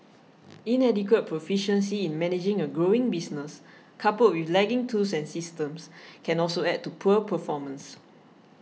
inadequate proficiency in managing a growing business coupled with lagging tools and systems can also add to poor performance